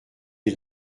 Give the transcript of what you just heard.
les